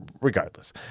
regardless